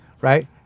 Right